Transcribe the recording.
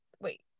wait